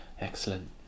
excellent